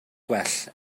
gwell